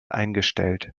eingestellt